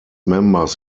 members